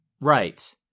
Right